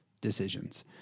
decisions